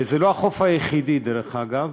זה לא החוף היחיד, דרך אגב.